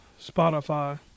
Spotify